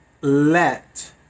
let